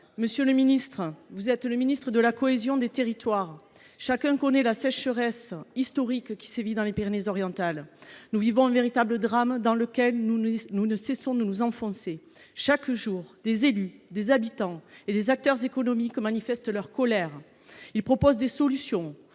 Monsieur le ministre, vous êtes le ministre de la cohésion des territoires. Chacun connaît la sécheresse historique qui sévit dans les Pyrénées Orientales. Nous vivons un véritable drame, dans lequel nous ne cessons de nous enfoncer ! Chaque jour, des élus, des habitants et des acteurs économiques manifestent leur colère. Ils proposent des solutions,